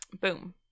Boom